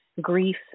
grief